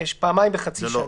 פעמיים בחצי שנה.